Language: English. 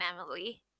Emily